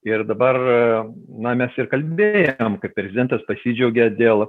ir dabar na mes ir kalbėjom kad prezidentas pasidžiaugė dėl